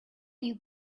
you